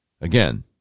Again